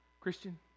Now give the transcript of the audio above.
Christian